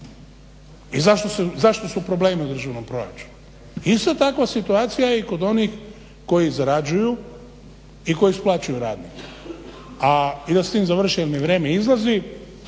i zašto su problemi u državnom proračunu. Isto tako situacija je i kod onih koji zarađuju i koji isplaćuju radnike. I da s tim završim jer mi vrijeme izlazi,